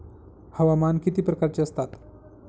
हवामान किती प्रकारचे असतात?